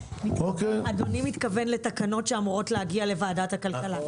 אדוני מתכוון לתקנות שאמורות להגיע לוועדת הכלכלה.